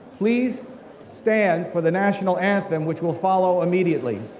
please stand for the national anthem, which will follow immediately.